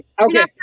Okay